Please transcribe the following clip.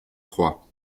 proies